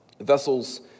vessels